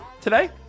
Today